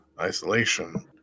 isolation